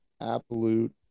absolute